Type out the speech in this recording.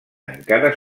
encara